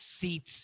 seats